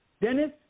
Dennis